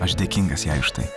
aš dėkingas jai už štai